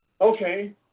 okay